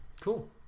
Cool